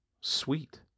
sweet